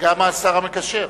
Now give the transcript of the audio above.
וגם השר המקשר.